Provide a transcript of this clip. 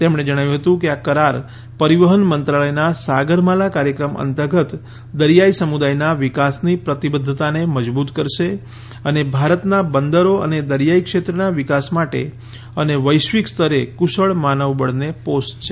તેમણે જણાવ્યું હતું કે આ કરાર પરિવહન મંત્રાલયના સાગર માલા કાર્યક્રમ અંતર્ગત દરિયાઇ સમુદાયના વિકાસની પ્રતિબદ્ધતાને મજબૂત કરશે અને ભારતના બંદરો અને દરિયાઇ ક્ષેત્રના વિકાસ માટે અને વૈશ્વિક સ્તરે કુશળ માનવબળને પોષશે